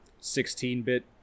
16-bit